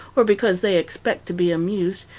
or because they expect to be amused,